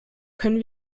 können